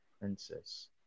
princess